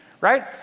right